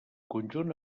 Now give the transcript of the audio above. conjunt